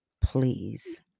please